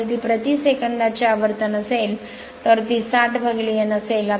जर ती प्रति सेकंदाची आवर्तन असेल तर ती 60N असेल